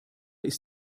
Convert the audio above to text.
ist